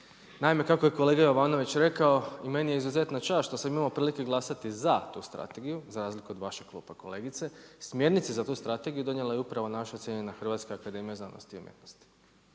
Naime, kako je kolega Jovanović rekao, meni je izuzetna čast što sam imao prilike glasati za tu strategiju, za razliku od vašeg kluba kolegice. Smjernice za tu strategiju donijela je upravo naša cijenjena HAZU. Svog čeda ne mislim